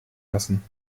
lassen